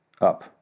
up